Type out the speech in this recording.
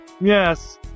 Yes